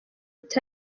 ati